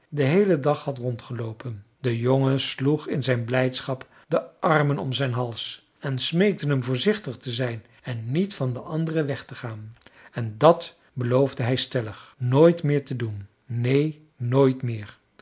den heelen dag had rondgeloopen de jongen sloeg in zijn blijdschap de armen om zijn hals en smeekte hem voorzichtig te zijn en niet van de anderen weg te gaan en dat beloofde hij stellig nooit meer te doen neen nooit meer